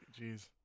Jeez